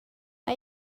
mae